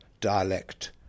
dialect